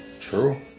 true